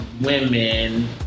women